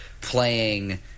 playing